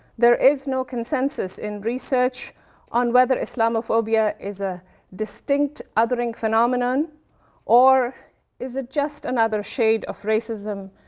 there is no consensus in research on whether islamophobia is a distinct othering phenomenon or is it just another shade of racism,